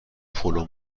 پلو